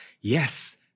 Yes